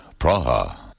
Praha